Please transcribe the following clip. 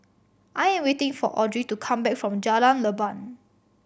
I am waiting for Audrey to come back from Jalan Leban